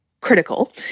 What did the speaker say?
critical